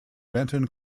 benton